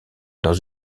dans